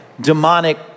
demonic